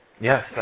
Yes